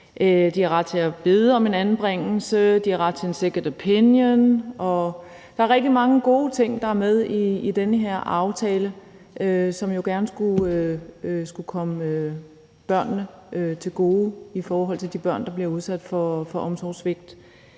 de har ret til at bede om en anbringelse; de har ret til en second opinion. Der er rigtig mange gode ting med i den her aftale, som jo gerne skulle komme de børn, som bliver udsat for omsorgssvigt,